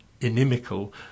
inimical